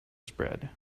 spread